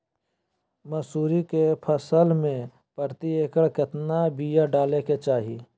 मसूरी के फसल में प्रति एकड़ केतना बिया डाले के चाही?